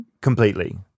Completely